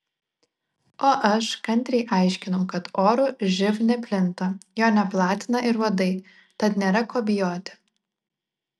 o aš kantriai aiškinau kad oru živ neplinta jo neplatina ir uodai tad nėra ko bijoti